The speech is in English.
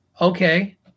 Okay